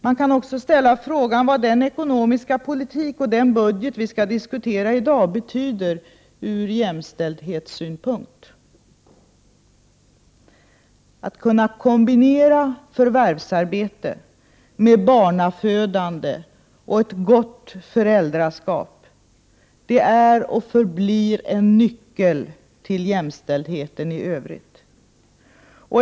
Man kan också ställa frågan vad den ekonomiska politik och den budget vi skall diskutera i dag betyder ur jämställdhetssynpunkt. Att kunna kombinera förvärvsarbete med barnafödande och ett ott föräldraskap, det är och förblir en nyckel till jämställdheten i övrigt.